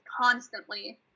constantly